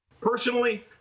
Personally